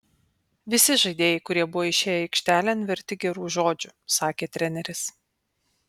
visi žaidėjai kurie buvo išėję aikštelėn verti gerų žodžių sakė treneris